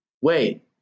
wait